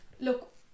look